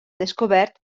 descobert